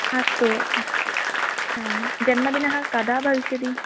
अस्तु त आं जन्मदिनं कदा भविष्यति